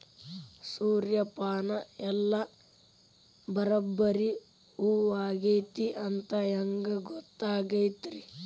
ಸೂರ್ಯಪಾನ ಎಲ್ಲ ಬರಬ್ಬರಿ ಹೂ ಆಗೈತಿ ಅಂತ ಹೆಂಗ್ ಗೊತ್ತಾಗತೈತ್ರಿ?